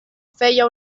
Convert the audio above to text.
feia